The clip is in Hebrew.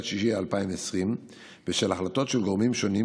בספטמבר 2020 בשל החלטות של גורמים שונים,